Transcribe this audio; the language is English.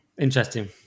Interesting